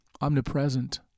omnipresent